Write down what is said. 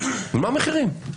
אבל מה המחירים?